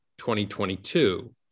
2022